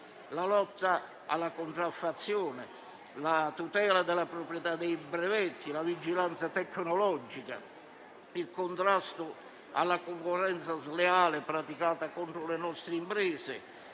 la lotta alla contraffazione, la tutela della proprietà dei brevetti, la vigilanza tecnologica, il contrasto alla concorrenza sleale praticata contro le nostre imprese